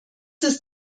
ist